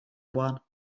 one